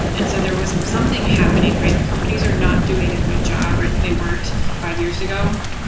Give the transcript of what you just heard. and so there was something happening. companies are not doing a good job where they weren't five years ago.